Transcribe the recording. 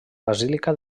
basílica